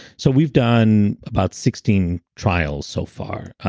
so we've done about sixteen trials so far.